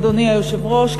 אדוני היושב-ראש,